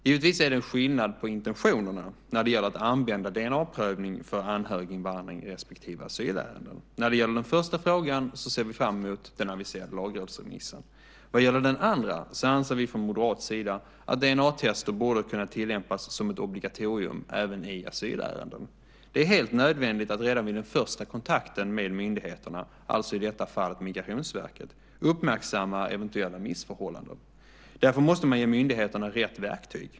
Givetvis är det skillnad på intentionerna när det gäller att använda DNA-prövning för anhöriginvandring respektive asylärenden. När det gäller den första frågan ser vi fram emot den aviserade lagrådsremissen. Vad gäller den andra frågan anser vi från moderat sida att DNA-test borde kunna tillämpas som ett obligatorium även i asylärenden. Det är helt nödvändigt att redan vid den första kontakten med myndigheterna, i detta fall Migrationsverket, uppmärksamma eventuella missförhållanden. Därför måste myndigheterna ges rätt verktyg.